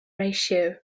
ratio